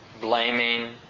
blaming